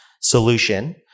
solution